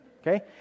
Okay